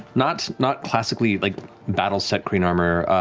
not not classically like battle-set kryn armor,